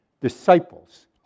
disciples